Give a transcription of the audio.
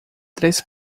três